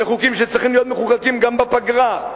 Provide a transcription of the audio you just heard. וחוקים שצריכים להיות מחוקקים גם בפגרה,